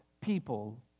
people